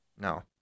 No